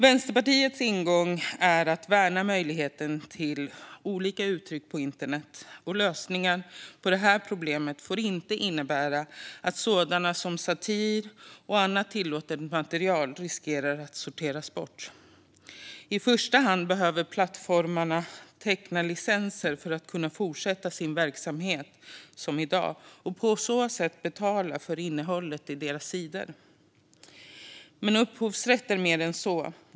Vänsterpartiets ingång är att värna möjligheten till olika uttryck på internet. Lösningar på det här problemet får inte innebära att sådant som satir och annat tillåtet material riskerar att sorteras bort. I första hand behöver plattformarna teckna licenser för att kunna fortsätta sin verksamhet som i dag och på så sätt betala för innehållet på sina sidor. Men upphovsrätt är mer än så.